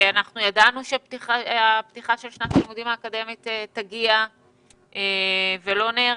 ידענו שפתיחת שנת הלימודים האקדמית תגיע ולא נערכנו.